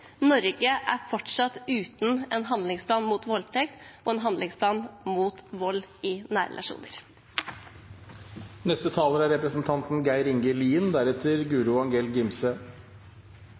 Norge er fortsatt uten en handlingsplan mot voldtekt og en handlingsplan mot vold i nære relasjoner. Det har vorte sagt mykje om kriminalomsorga, og regjeringspartia har skrytt hemningslaust om kor bra dette er